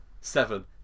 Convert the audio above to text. Seven